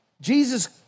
Jesus